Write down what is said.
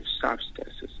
substances